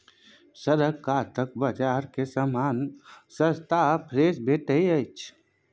सड़क कातक बजार मे समान सस्ता आ फ्रेश भेटैत छै